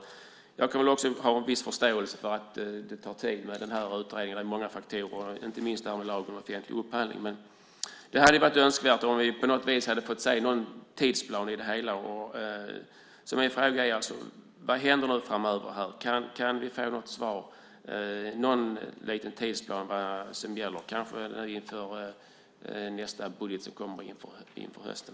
Jag kan ha viss förståelse för att det tar tid med utredningen. Det är fråga om många faktorer, inte minst detta med lagen om offentlig upphandling, men det hade varit önskvärt att få se en tidsplan. Därför undrar jag: Vad händer framöver? Kan vi få någon liten tidsplan för att se vad som gäller? Kanske kan vi få den inför nästa budget som kommer till hösten?